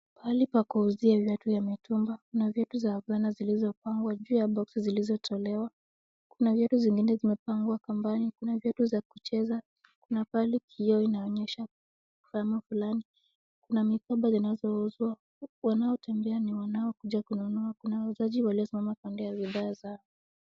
Mahali pa kuuzia viatu vya mitumba. Kuna viatu za wavulana zilizopangwa juu ya boksi zilizotolewa. Kuna viatu zingine vimepangwa kambani, kuna viatu vya kucheza. Kuna pahali kioo inaonyesha mfano fulani. Kuna mikoba zinazouzwa wanaotembea ni wanaokuja kununua. Kuna wauzaji waliosimama pande ya bidhaa za.